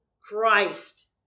Christ